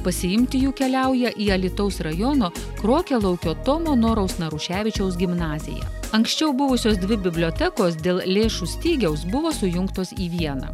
pasiimti jų keliauja į alytaus rajono krokialaukio tomo noraus naruševičiaus gimnaziją anksčiau buvusios dvi bibliotekos dėl lėšų stygiaus buvo sujungtos į vieną